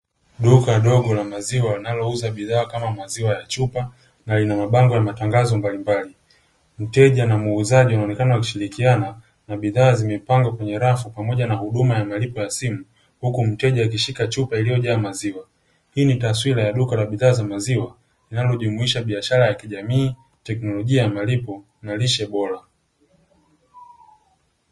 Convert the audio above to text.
Duka dogo la maziwa linalouza bidhaa kama maziwa ya chupa na ina mabango ya matangazo mbalimbali. Mteja na muuzaji wanaonekana wakishirikiana na bidhaa zimepangwa kwenye rafu pamoja na huduma ya malipo ya simu huku mteja akishika chupa iliyojaa maziwa. Hii ni taswira ya duka la bidhaa za maziwa linalojumuisha biashara ya kijamii, teknolojia ya malipo na lishe bora.